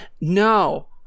No